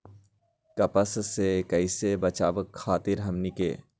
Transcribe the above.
कपस से कईसे बचब बताई हमनी के?